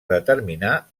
determinar